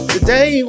Today